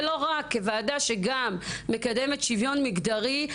ולא רק כוועדה שגם מקדמת שוויון מגדרי.